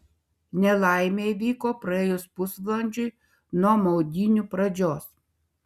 nelaimė įvyko praėjus pusvalandžiui nuo maudynių pradžios